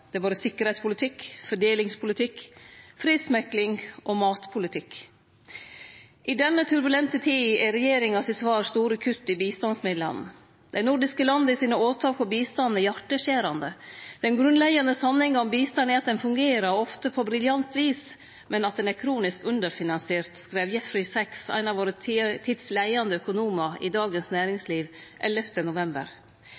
Det er både sikkerheitspolitikk, fordelingspolitikk, fredsmekling og matpolitikk. I denne turbulente tida er regjeringa sitt svar store kutt i bistandsmidlane. «De nordiske landenes angrep på bistanden er hjerteskjærende. Den grunnleggende sannheten om bistand er at den fungerer, og ofte på briljant vis, men at den er kronisk underfinansiert» skreiv Jeffrey Sachs, ein av vår tids leiande økonomar i Dagens